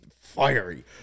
fiery